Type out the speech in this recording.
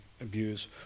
abuse